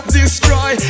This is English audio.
destroy